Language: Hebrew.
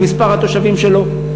עם מספר התושבים שלו,